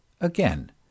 again